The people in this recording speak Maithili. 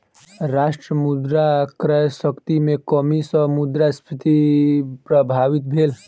राष्ट्र मुद्रा क्रय शक्ति में कमी सॅ मुद्रास्फीति प्रभावित भेल